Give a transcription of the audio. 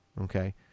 Okay